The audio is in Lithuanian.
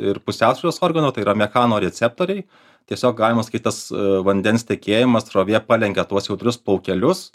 ir pusiausvyros organo tai yra dekano receptoriai tiesiog galima sakyt tas vandens tekėjimas srovė palenkia tuos jautrius plaukelius